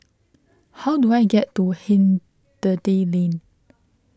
how do I get to Hindhede Lane